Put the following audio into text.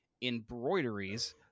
Embroideries